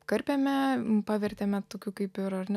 karpėme pavertėme tokiu kaip ir ar ne